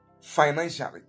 financially